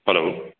hello